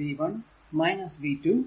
ഇനി v 1 4 I നാം